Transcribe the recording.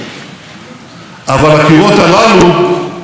הקירות הללו אינם זועקים,